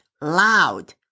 loud